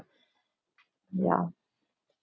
ya